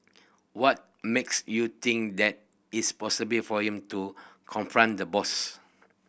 what makes you think that is possible for him to confront the boss